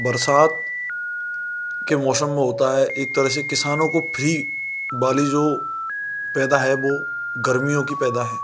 बरसात के मौसम में होता है एक तरह से किसानों को फ्री वाली जो पैदा है वह गर्मियों की पैदा है